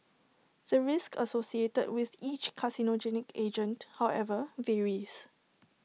the risk associated with each carcinogenic agent however varies